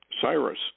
Cyrus